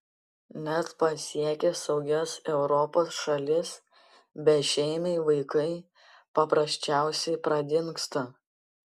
net pasiekę saugias europos šalis bešeimiai vaikai paprasčiausiai pradingsta